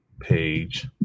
page